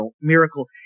miracle